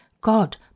God